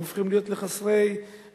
והם הופכים להיות חסרי בית,